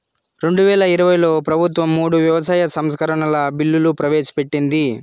రెండువేల ఇరవైలో ప్రభుత్వం మూడు వ్యవసాయ సంస్కరణల బిల్లులు ప్రవేశపెట్టింది